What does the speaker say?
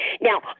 Now